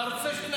אתה רוצה שנחליף?